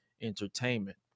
entertainment